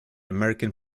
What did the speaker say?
american